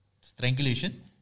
strangulation